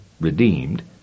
Redeemed